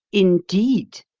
indeed?